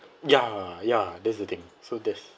ya ya that's the thing so that's